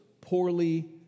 poorly